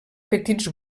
petits